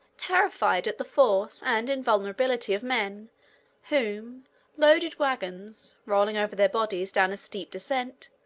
terrified at the force and invulnerability of men whom loaded wagons, rolling over their bodies down a steep descent,